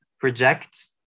project